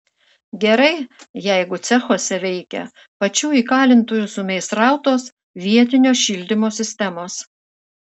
gerai jeigu cechuose veikia pačių įkalintųjų sumeistrautos vietinio šildymo sistemos